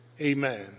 Amen